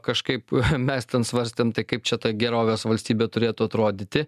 kažkaip mes ten svarstėm tai kaip čia ta gerovės valstybė turėtų atrodyti